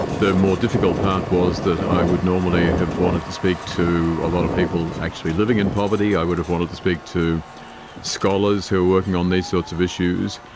the more difficult part was that i would normally have wanted to speak to a lot of people actually living in poverty. i would have wanted to speak to scholars who were working on these sorts of issues,